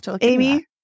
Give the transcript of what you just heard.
Amy